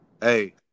Hey